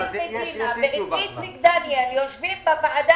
ברגע שראיתי את אמיר מדינה ואת איציק דניאל יושבים בוועדה,